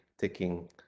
taking